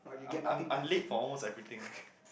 I'm I'm I'm late for almost everything